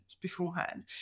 beforehand